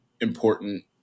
important